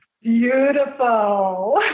beautiful